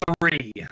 three